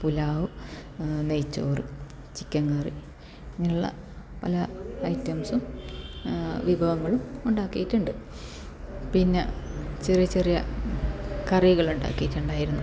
പുലാവു നെയ്ചോറ് chicken curry ഇങ്ങനെയുള്ള പല ഐറ്റംസും വിഭവങ്ങളും ഉണ്ടാക്കിയിട്ടുണ്ട് പിന്നെ ചെറിയ ചെറിയ കറികൾ ഉണ്ടാക്കിയിട്ടുണ്ടായിരുന്നു